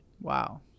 wow